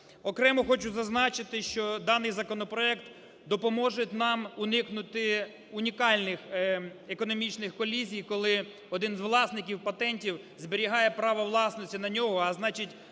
Окремо хочу зазначити, що даний законопроект допоможе нам уникнути унікальних економічних колізій, коли один з власників патентів зберігає право власності на нього, а значить